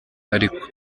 ariko